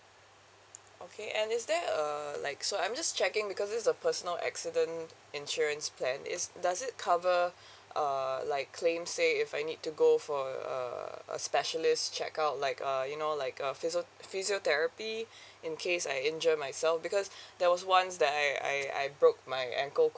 okay and is there err like so I'm just checking because this is a personal accident insurance plan is does it cover uh like claim say if I need to go for uh a specialist check out like uh you know like a physio physiotherapy in case I injure myself because there was once that I I I broke my ankle